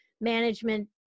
management